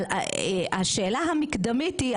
אבל השאלה המקדמית היא,